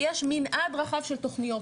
ויש מנעד רחב של תוכניות.